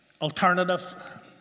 alternative